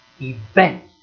event